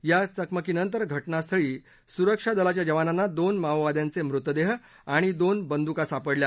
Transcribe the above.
या चकमकीनंतर घटनास्थळी सुरक्षा दलाच्या जवानांना दोन माओवाद्यांचे मृतदेह आणि दोन बंदुका सापडल्या